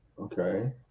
Okay